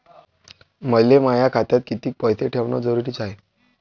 मले माया खात्यात कितीक पैसे ठेवण जरुरीच हाय?